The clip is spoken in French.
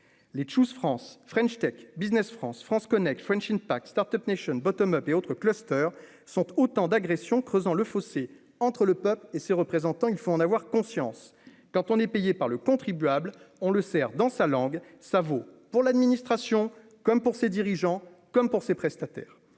les tschüss France French Tech Business France France Connect French Start-Up née Sean bottom up et autres clusters sont autant d'agressions, creusant le fossé entre le peuple et ses représentants, il faut en avoir conscience, quand on est payé par le contribuable, on le sert dans sa langue, ça vaut pour l'administration, comme pour ses dirigeants, comme pour ses prestataires